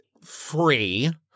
free